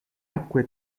acque